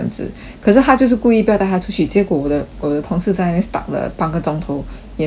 可是他就是故意不要带他出去结果我的我的同事在那边 stuck 了半个钟头也不能出去